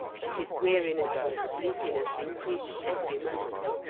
but his weariness and sleepiness increased every moment.